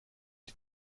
die